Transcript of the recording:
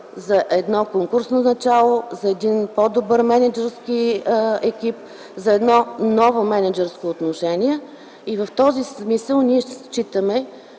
за конкурсно начало, за по-добър мениджърски екип, за ново мениджърско отношение. В този смисъл ние считаме,